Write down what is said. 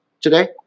today